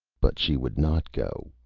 but she would not go,